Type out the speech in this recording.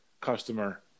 customer